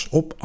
op